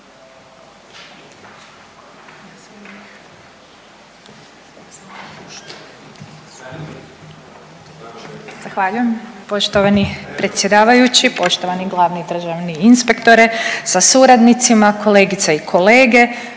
Hvala lijepo poštovani potpredsjedniče, poštovani glavni državni inspektore sa suradnicima, kolegice i kolege.